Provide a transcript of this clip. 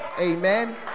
Amen